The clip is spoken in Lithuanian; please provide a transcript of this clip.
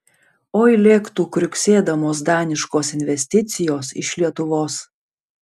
oi lėktų kriuksėdamos daniškos investicijos iš lietuvos